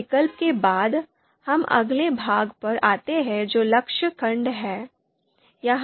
अब विकल्प के बाद हम अगले भाग पर आते हैं जो लक्ष्य खंड है